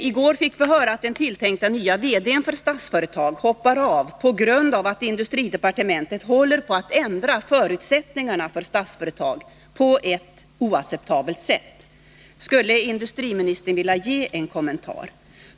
I går fick vi höra att den tilltänkte nye VD-n för Statsföretag hoppar av på grund av att industridepartementet håller på att ändra förutsättningarna för Statsföretag på ett oacceptabelt sätt. Vill industriministern ge en kommentar?